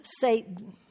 Satan